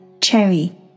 Cherry